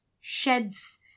sheds